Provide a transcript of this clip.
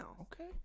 okay